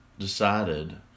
decided